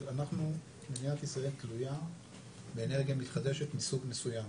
מדינת ישראל תלויה באנרגיה מתחדשת מסוג מסוים,